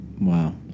Wow